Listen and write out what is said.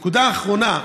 נקודה אחרונה,